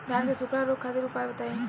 धान के सुखड़ा रोग खातिर उपाय बताई?